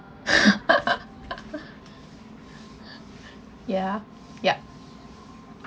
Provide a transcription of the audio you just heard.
ya yup